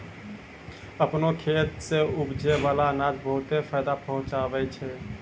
आपनो खेत सें उपजै बाला अनाज बहुते फायदा पहुँचावै छै